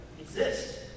exist